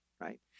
right